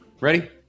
ready